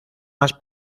más